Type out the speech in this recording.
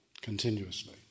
Continuously